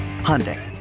Hyundai